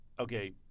Okay